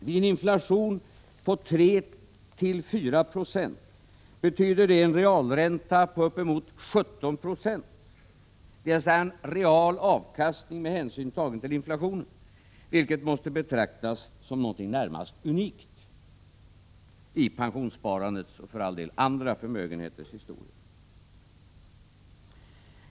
Vid en inflation på 34 96 betyder det en realränta, dvs. en real avkastning med hänsyn tagen till inflationen, på uppemot 17 26, vilket måste betraktas som någonting närmast unikt i pensionssparandets och för all del också andra förmögenheters historia.